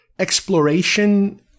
Exploration